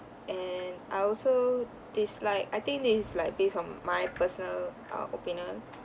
and I also dislike I think this is like based on my personal uh opinion